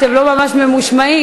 אתם לא ממש ממושמעים,